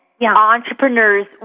entrepreneurs